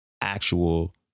actual